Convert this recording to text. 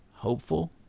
hopeful